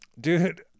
dude